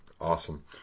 Awesome